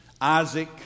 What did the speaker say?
Isaac